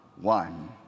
one